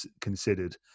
considered